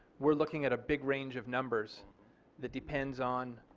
we are looking at a big range of numbers that depends on